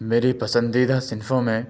میری پسندیدہ صنفوں میں